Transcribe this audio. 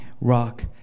rock